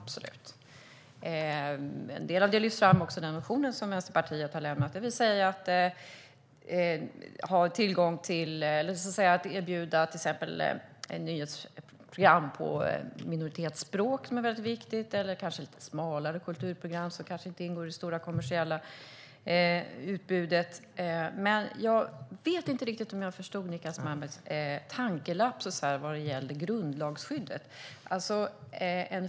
Den lyfts delvis fram i den motion som Vänsterpartiet har väckt om nyhetsprogram på minoritetsspråk och smalare kulturprogram som kanske inte ingår i det stora kommersiella utbudet. Jag vet inte om jag riktigt förstod Niclas Malmberg vad gäller grundlagsskyddet.